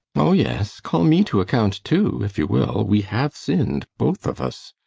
oh yes call me to account, too if you will. we have sinned, both of us.